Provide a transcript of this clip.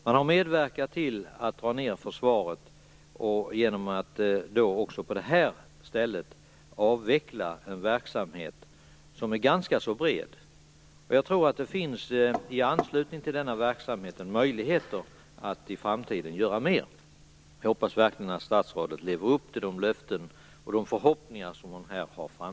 Man har medverkat till att dra ned försvaret genom att även här avveckla en verksamhet som är ganska bred. Jag tror att det i anslutning till denna verksamhet finns möjligheter att i framtiden göra mer. Jag hoppas verkligen att statsrådet lever upp till de löften och de förhoppningar hon här har lagt fram.